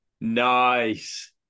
Nice